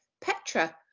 Petra